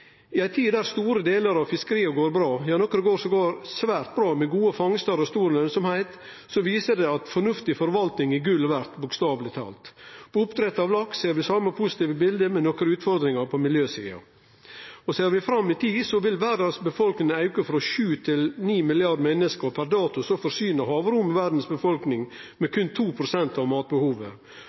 I ei tid med store delar av fiskeria som går bra – ja, nokre går til og med svært bra, med gode fangstar og stor lønsemd – viser det at fornuftig forvalting er gull verd, bokstaveleg talt. Oppdrett av laks gir det same positive bildet, med nokre utfordringar på miljøsida. Ser vi framover i tid, vil verdas befolkning auke frå sju til ni milliardar menneske, og per dato forsyner havrommet verdas befolkning med berre 2 pst. av matbehovet.